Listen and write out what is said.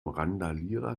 randalierer